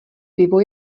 pivo